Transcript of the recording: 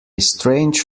strange